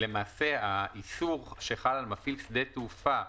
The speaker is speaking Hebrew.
האיסור שחל על מפעיל שדה תעופה,